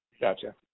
Gotcha